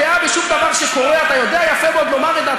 אנחנו הרי תמיד מדברים על הצורך בתקשורת חופשית בדמוקרטיה.